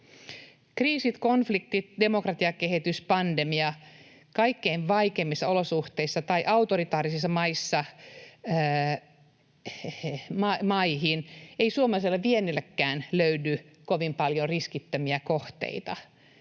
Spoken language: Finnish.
Kriisit, konfliktit, demokratiakehitys, pandemia kaikkein vaikeimmissa olosuhteissa tai autoritaarisissa maissa. Ei suomalaiselle viennillekään löydy kovin paljon riskittömiä kohteita.